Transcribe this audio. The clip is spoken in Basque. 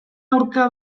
aurka